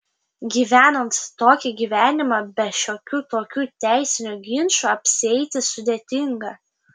gyvenant tokį gyvenimą be šiokių tokių teisinių ginčų apsieiti sudėtinga